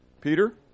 Peter